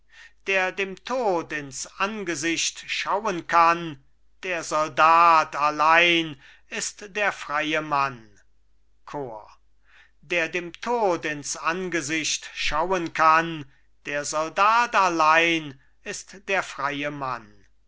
der dem tod ins angesicht schauen kann der soldat allein ist der freie mann chor der dem tod ins angesicht schauen kann der soldat allein ist der freie mann